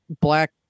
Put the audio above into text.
black